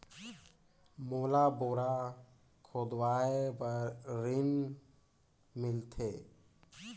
मोला बोरा खोदवाय बार ऋण मिलथे?